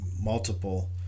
multiple